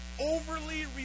overly